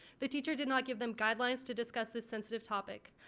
the teacher did not give them guidelines to discuss the sensitive topic.